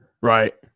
Right